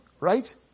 right